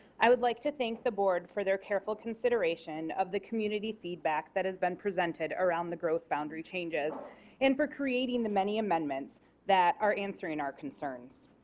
i would like to thank the board for their careful consideration of community feedback that has been presented around the growth boundary changes and for creating the many amendments that are answering our concerns.